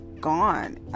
gone